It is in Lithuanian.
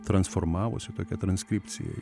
transformavosi tokia transkripcija